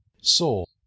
soul